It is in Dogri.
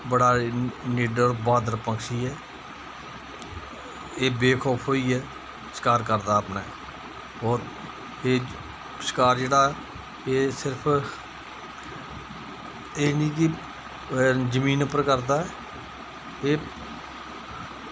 बड़ा ई निडर बहादुर पक्षी ऐ एह् बेखौफ होइयै शकार करदा अपना होर एह् शकार जेह्ड़ा एह् सिर्फ एह् निं कि जमीन उप्पर करदा ऐ एह्